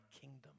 kingdom